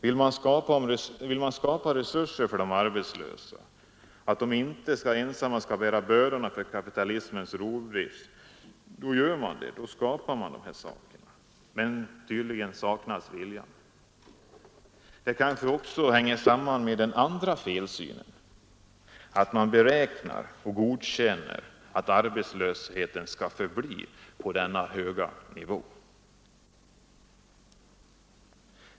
Vill man skapa resurser för att de arbetslösa inte ensamma skall bära bördorna av kapitalismens rovdrift då gör man det. Då skapar man dessa saker. Men tydligen saknas viljan. Det kanske också hänger samman med den andra felsynen att man beräknar och godkänner att arbetslösheten skall förbli på denna höga nivå.